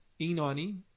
E90